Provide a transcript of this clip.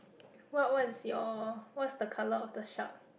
what what is your what's the colour of the shark